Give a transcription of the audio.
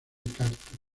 cactus